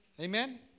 Amen